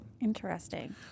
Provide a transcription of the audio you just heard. Interesting